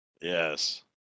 Yes